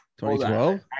2012